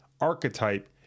archetype